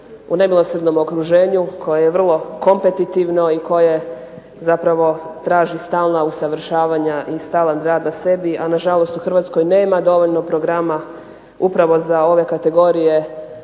nemilosrdnom okruženju koje je vrlo kompetitivno i koje zapravo traži stalna usavršavanja i stalan rad na sebi. A nažalost u Hrvatskoj nema dovoljno programa upravo za ove kategorije